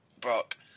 Brock